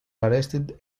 arrested